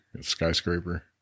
Skyscraper